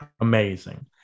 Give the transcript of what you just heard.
Amazing